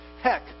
heck